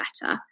better